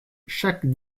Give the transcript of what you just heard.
chaque